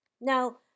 Now